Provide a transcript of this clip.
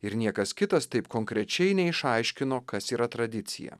ir niekas kitas taip konkrečiai neišaiškino kas yra tradicija